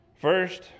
First